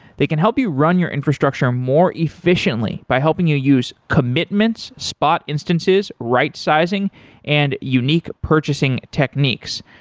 they can help you run your infrastructure more efficiently by helping you use commitments, spot instances, right sizing and unique purchasing techniques.